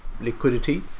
liquidity